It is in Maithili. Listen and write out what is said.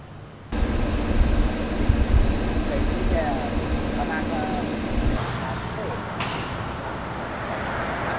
ई कहैत छै जे बना कऽ से अनबाक छौ आ काल्हि ई बनयबाक छौ